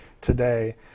today